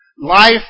life